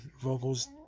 vocals